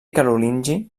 carolingi